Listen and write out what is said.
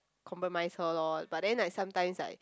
compromise her lor but then like sometimes like